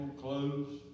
Clothes